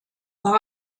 war